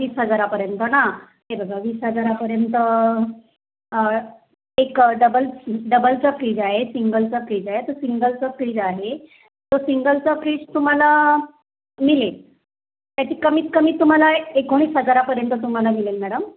वीस हजारापर्यंत ना हे बघा वीस हजारापर्यंत एक डबल डबलचं फ्रीज आहे सिंगलचा फ्रीज आहे तर सिंगलचा फ्रीज आहे तो सिंगलचा फ्रीज तुम्हाला नाही नाही त्याची कमीत कमी तुम्हाला एकोणीस हजारापर्यंत तुम्हाला मिळेल मॅडम